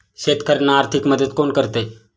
शेतकऱ्यांना आर्थिक मदत कोण करते?